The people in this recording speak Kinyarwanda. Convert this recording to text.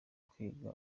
kwiga